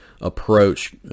approach